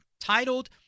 titled